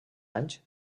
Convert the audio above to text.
anys